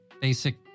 basic